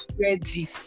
ready